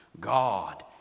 God